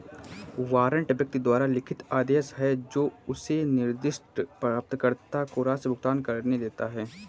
warrant व्यक्ति द्वारा लिखित आदेश है जो उसे निर्दिष्ट प्राप्तकर्ता को राशि भुगतान करने देता है